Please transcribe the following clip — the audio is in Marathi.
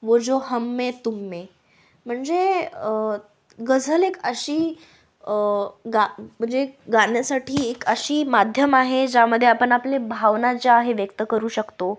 वो जो हममे तुममे म्हणजे गझल एक अशी गा म्हणजे गाण्यासाठी एक अशी माध्यम आहे ज्यामध्ये आपण आपले भावना ज्या आहे व्यक्त करू शकतो